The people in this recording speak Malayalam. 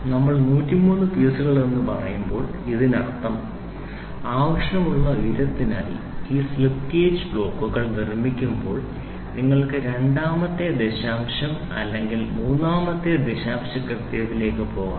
നമ്മൾ 103പീസുകൾ എന്ന് പറയുമ്പോൾ ഇതിനർത്ഥം ആവശ്യമുള്ള ഉയരത്തിനായി ഈ സ്ലിപ്പ് ഗേജ് ബ്ലോക്കുകൾ നിർമ്മിക്കുമ്പോൾ നിങ്ങൾക്ക് രണ്ടാമത്തെ ദശാംശ അല്ലെങ്കിൽ മൂന്നാമത്തെ ദശാംശ കൃത്യതയിലേക്ക് പോകാം